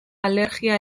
alergia